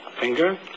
finger